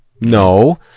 No